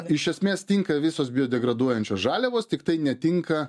iš esmės tinka visos biodegraduojančios žaliavos tiktai netinka